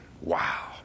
Wow